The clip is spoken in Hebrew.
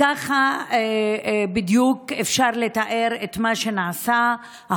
ככה בדיוק אפשר לתאר את מה שנעשה,